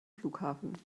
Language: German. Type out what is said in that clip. flughafen